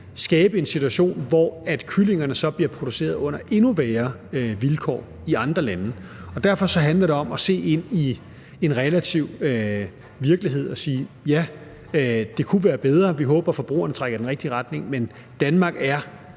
skabe en situation, hvor kyllingerne så bliver produceret under endnu værre vilkår i andre lande. Derfor handler det om at se ind i en relativ virkelighed og sige: Ja, det kunne være bedre; vi håber, forbrugerne trækker det i den rigtige retning, men Danmark er